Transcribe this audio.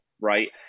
right